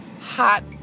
hot